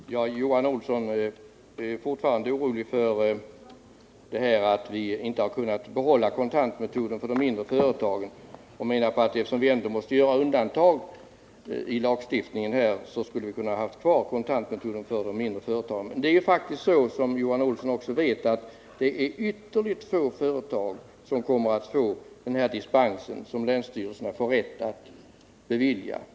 Herr talman! Johan Olsson är fortfarande orolig för att vi inte har kunnat behålla kontantmetoden för de mindre företagen. Han menar att eftersom vi ändå måste göra undantag i lagstiftningen kunde vi ha haft kvar kontantmetoden för de mindre företagen. Det är faktiskt så, som Johan Olsson också vet, att det är ytterligt få företag som kommer att få den dispens som länsstyrelserna får rätt att bevilja.